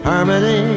Harmony